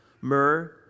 myrrh